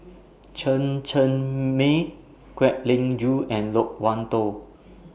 Chen Cheng Mei Kwek Leng Joo and Loke Wan Tho